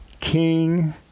king